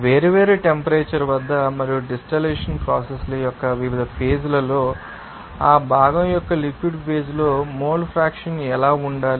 వేర్వేరు టెంపరేచర్ వద్ద మరియు డిస్టిల్లేషన్ ప్రాసెస్ ల యొక్క వివిధ ఫేజ్ లలో ఆ భాగం యొక్క లిక్విడ్ ఫేజ్ లో మోల్ ఫ్రాక్షన్ ఎలా ఉండాలి